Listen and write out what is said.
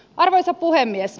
arvoisa puhemies